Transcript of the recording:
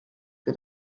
que